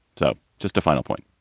so just a final point.